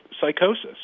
psychosis